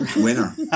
Winner